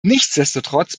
nichtsdestotrotz